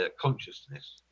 consciousness